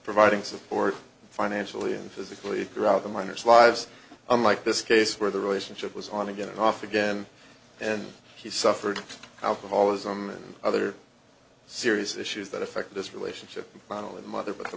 providing support financially and physically throughout the miners lives unlike this case where the relationship was on again off again and he suffered alcoholism and other serious issues that affect this relationship not only the mother but the